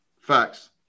Facts